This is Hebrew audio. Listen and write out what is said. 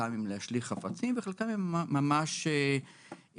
חלקם הם להשליך חפצים וחלקם הם ממש תקיפות.